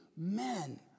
men